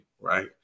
right